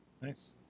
Nice